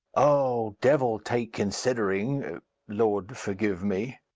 oh, devil take considering lord forgive me!